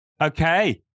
Okay